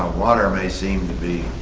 ah water may seem to be